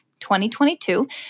2022